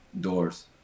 doors